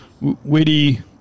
witty